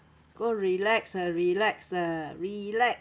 go relax ah relax ah relax